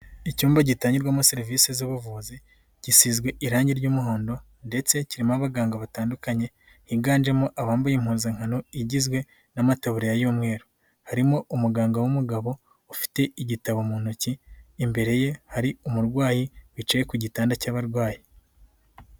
Icyumba gitangirwamo serivisi z'ubuvuzi gisizwe irangi ry'umuhondo ndetse kirimo abaganga batandukanye higanjemo abambaye impuzankano igizwe n'amataburiya y'umweru, harimo umuganga w'umugabo ufite igitabo mu ntoki imbere ye hari umurwayi yicaye ku gitanda cy'abarwayi.